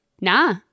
Nah